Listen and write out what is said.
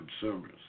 consumers